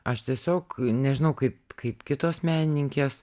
aš tiesiog nežinau kaip kaip kitos menininkės